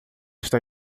estão